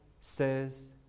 says